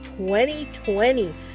2020